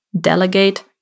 delegate